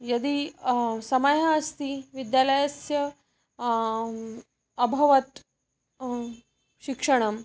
यदि समयः अस्ति विद्यालयस्य अभवत् शिक्षणम्